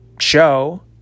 show